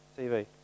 TV